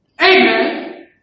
amen